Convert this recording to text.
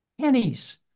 pennies